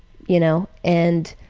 you know, and